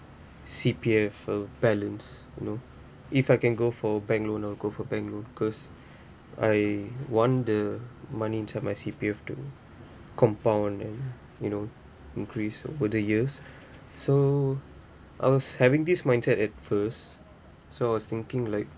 C_P_F uh balance you know if I can go for bank loan I'll go for bank cause I want the money into my C_P_F to compound and you know increase over the years so I was having this mindset at first so I was thinking like